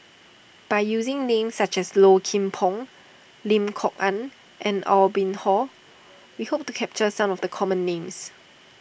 by using names such as Low Kim Pong Lim Kok Ann and Aw Boon Haw we hope to capture some of the common names